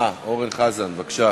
אה, אורן חזן, בבקשה.